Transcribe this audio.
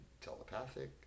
telepathic